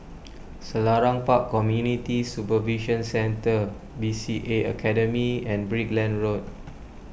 Selarang Park Community Supervision Centre B C A Academy and Brickland Road